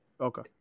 Okay